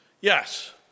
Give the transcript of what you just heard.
Yes